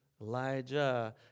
Elijah